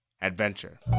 adventure